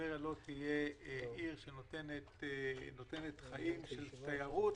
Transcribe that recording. אם ניקח את הדוגמה של הארנונה,